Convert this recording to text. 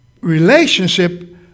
relationship